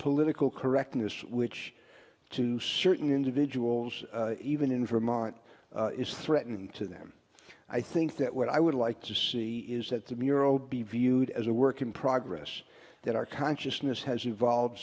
political correctness which to certain individuals even in vermont is threatening to them i think that what i would like to see is that the mural be viewed as a work in progress that our consciousness has evolved